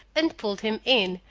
and pulled him in,